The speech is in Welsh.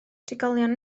trigolion